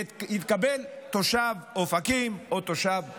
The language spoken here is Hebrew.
יתקבל תושב אופקים או תושב עפולה.